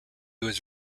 was